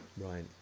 Right